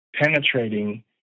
penetrating